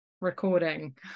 recording